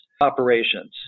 operations